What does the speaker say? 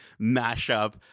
mashup